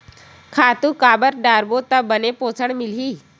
खातु काबर डारबो त बने पोषण मिलही?